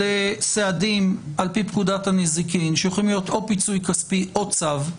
לסעדים לפי פקודת הנזיקין שיכולים להיות או פיצוי כספי או צו,